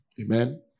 Amen